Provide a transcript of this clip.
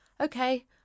okay